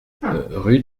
rue